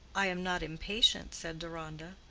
i am not impatient, said deronda.